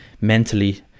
mentally